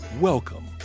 welcome